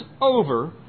over